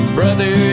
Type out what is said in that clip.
brother